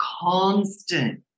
constant